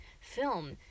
film